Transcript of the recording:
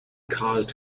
caused